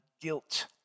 guilt